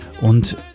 und